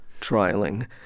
trialing